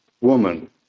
woman